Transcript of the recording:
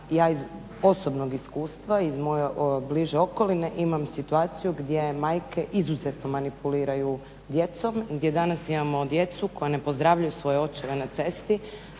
ja iz osobnog iskustva, iz moje bliže okoline imam situaciju gdje majke izuzetno manipuliraju djecom, gdje danas imamo djecu koja ne pozdravljaju svoje očeve na cesti